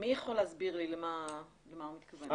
מי יכול להסביר לי למה הוא מתכוון?